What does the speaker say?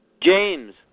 James